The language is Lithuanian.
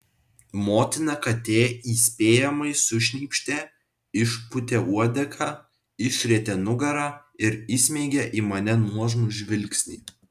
motina katė įspėjamai sušnypštė išpūtė uodegą išrietė nugarą ir įsmeigė į mane nuožmų žvilgsnį